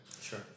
Sure